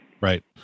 Right